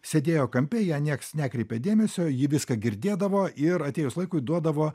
sėdėjo kampe į ją nieks nekreipė dėmesio ji viską girdėdavo ir atėjus laikui duodavo